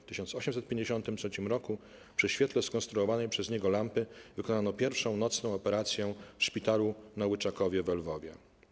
W 1853 roku przy świetle skonstruowanej przez niego lampy wykonano pierwszą nocną operację w szpitalu na Łyczakowie we Lwowie.